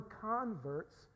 converts